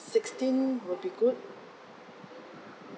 sixteen would be good